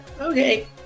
okay